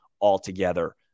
altogether